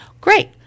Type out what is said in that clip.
Great